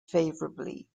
favorably